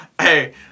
Hey